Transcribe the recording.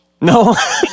no